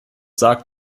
sagt